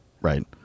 Right